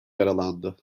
yaralandı